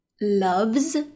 loves